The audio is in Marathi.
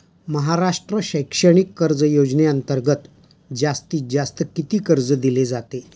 महाराष्ट्र शैक्षणिक कर्ज योजनेअंतर्गत जास्तीत जास्त किती कर्ज दिले जाते?